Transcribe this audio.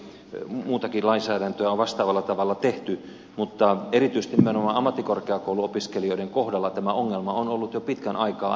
muutakin lainsäädäntöä on vastaavalla tavalla tehty mutta erityisesti nimenomaan ammattikorkeakouluopiskelijoiden kohdalla tämä ongelma on ollut jo pitkän aikaa aivan ilmeinen